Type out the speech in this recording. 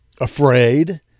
afraid